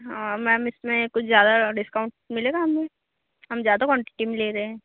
हाँ मैम इसमें कुछ ज़्यादा डिसकाउन्ट मिलेगा हमें हम ज़्यादा क्वानटिटी में ले रहे